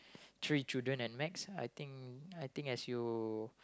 three children at max lah I think I think as you